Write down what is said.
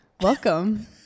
Welcome